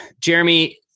Jeremy